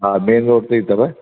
हा main road ते ई अथव